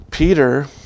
Peter